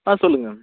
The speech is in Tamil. ஆ சொல்லுங்கள்